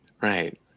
Right